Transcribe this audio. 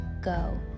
go